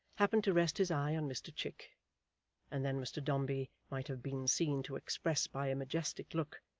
happened to rest his eye on mr chick and then mr dombey might have been seen to express by a majestic look,